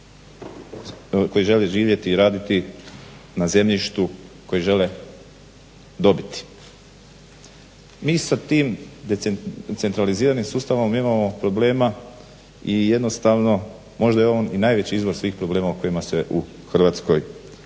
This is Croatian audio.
koji žele živjeti i raditi upravo na zemljištu, koji žele dobiti. Mi sa tim decentraliziranim sustavom imamo problema i jednostavno možda je on i najveći izvor svih problema o kojima se u Hrvatskoj,